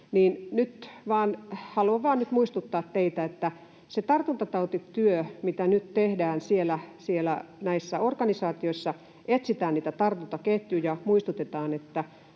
Haluan vain nyt muistuttaa teitä, että se tartuntatautityö, mitä nyt tehdään näissä organisaatioissa, etsitään niitä tartuntaketjuja, muistutetaan,